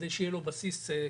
זאת על מנת שיהיה לו בסיס כלכלי